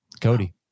Cody